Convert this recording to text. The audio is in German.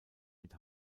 mit